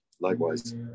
likewise